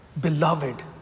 beloved